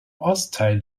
ostteil